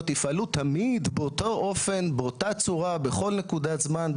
יפעלו תמיד באותו אופן באותה צורה בכל נקודת זמן,